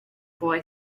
boy